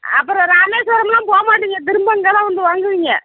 அப்புறம் ராமேஸ்வரம்லாம் போகமாட்டீங்க திரும்ப இங்கே தான் வந்து வாங்குவீங்க